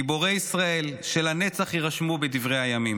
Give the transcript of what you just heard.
גיבורי ישראל שלנצח יירשמו בדברי הימים.